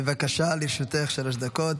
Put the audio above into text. בבקשה, לרשותך שלוש דקות.